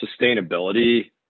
sustainability